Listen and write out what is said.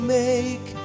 make